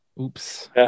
Oops